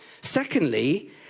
Secondly